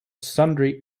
sundry